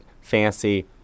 fancy